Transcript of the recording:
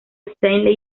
stanley